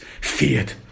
feared